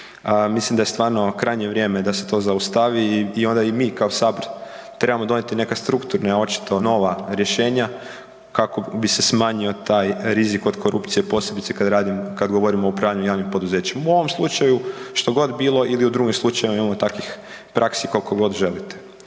mislim da je stvarno krajnje vrijeme da se to zaustavi i onda i mi kao sabor trebamo donijeti neka strukturne očito nova rješenja kako bi se smanjio taj rizik od korupcije, posebice kad radim, kad govorimo o upravljanju javnim poduzećima. U ovom slučaju što god bilo ili u drugim slučajevima imamo takvih praksi koliko god želite.